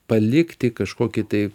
palikti kažkokį tai